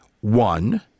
one-